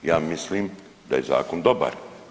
Ja mislim da je zakon dobar.